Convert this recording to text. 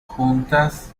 juntas